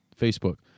Facebook